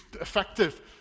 effective